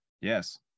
Yes